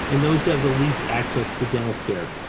and those have the least access to dental care.